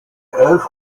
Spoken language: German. elf